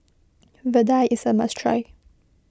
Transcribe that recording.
Vadai is a must try